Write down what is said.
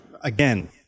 Again